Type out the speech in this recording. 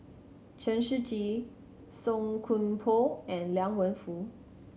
Chen Shiji Song Koon Poh and Liang Wenfu